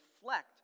reflect